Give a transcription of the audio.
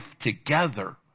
together